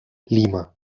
lima